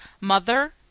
mother